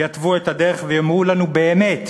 שיתוו את הדרך ויאמרו לנו באמת